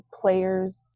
players